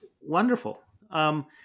wonderful